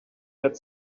got